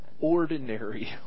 ordinary